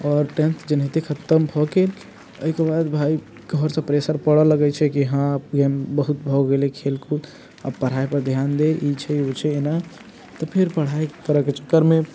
आओर टेंथ जेनाहिते खतम भऽ गेल ओहिके बाद भाय घरसँ प्रेशर पड़य लगैत छै कि हँ आब गेम बहुत भऽ गेलै खेलकूद आब पढ़ाइपर ध्यान दे ई छै ओ छै एना तऽ फेर पढ़ाइ करयके चक्करमे